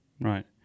right